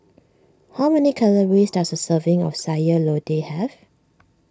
how many calories does a serving of Sayur Lodeh have